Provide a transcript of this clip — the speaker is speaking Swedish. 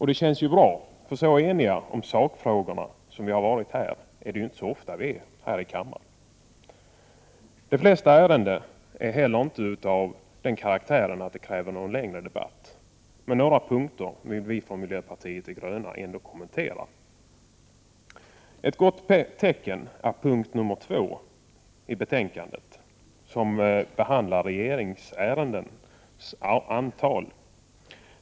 Det känns bra, för så eniga om sakfrågorna som vi har varit här är vi ju inte så ofta i denna kammare. De flesta ärenden är inte av den karaktären att de kräver någon längre debatt. Men på några punkter har vi i miljöpartiet ändå kommentarer. Ett gott tecken är punkten 2, som behandlar frågan om regeringsärendenas antal.